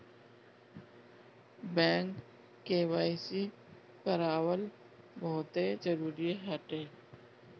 bank KYC करावल बहुते जरुरी हटे